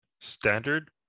standard